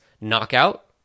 knockout